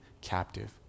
captive